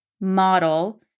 model